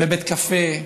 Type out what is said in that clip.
בבית קפה,